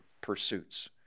pursuits